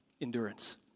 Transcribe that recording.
endurance